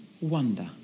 wonder